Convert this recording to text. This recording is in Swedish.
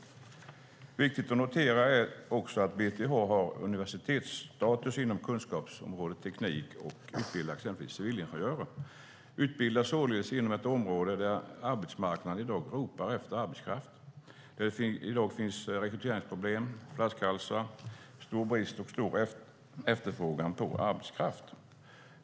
Det är viktigt att notera att BTH har universitetsstatus inom kunskapsområdet teknik och utbildar till exempel civilingenjörer. De utbildas således inom ett område där arbetsmarknaden i dag ropar efter arbetskraft. I dag finns rekryteringsproblem och flaskhalsar, stor brist och stor efterfrågan på arbetskraft.